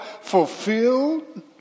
fulfilled